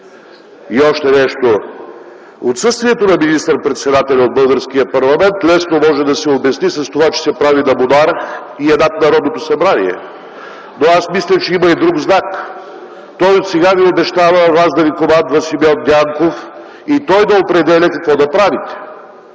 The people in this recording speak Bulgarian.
Още нещо. Отсъствието на министър-председателя от българския парламент лесно може да се обясни с това, че се прави на монарх и е над Народното събрание. Но аз мисля, че има и друг знак – той отсега Ви обещава Вас да Ви командва Симеон Дянков и той да определя какво да правите.